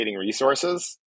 resources